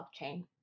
blockchain